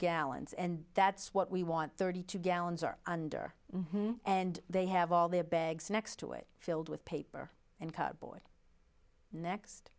gallons and that's what we want thirty two gallons are under and they have all their bags next to it filled with paper and cardboard next